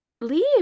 leave